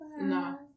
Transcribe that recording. No